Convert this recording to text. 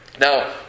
Now